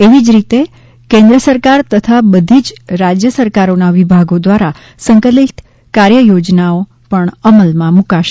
એવી જ રીતે કેન્દ્ર સરકાર તથા બધી જ રાજ્ય સરકારોના વિભાગો દ્વારા સંકલિત કાર્યયોજના પણ અમલમાં મૂકાશે